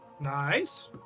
Nice